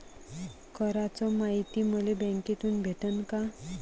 कराच मायती मले बँकेतून भेटन का?